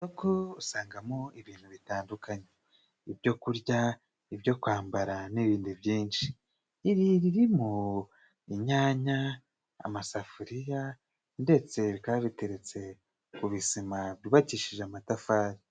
Isoko usangagamo ibintu bitandukanye, ibyo kurya, ibyo kwambara, n'ibindi byinshi. Iri ririmo inyanya, amasafuriya, ndetse bikaba biteretse ku bizima byubakishije amatafari.